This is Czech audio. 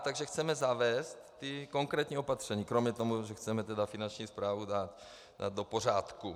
Takže chceme zavést konkrétní opatření kromě toho, že chceme dát Finanční správu do pořádku.